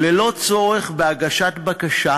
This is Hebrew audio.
ללא צורך בהגשת בקשה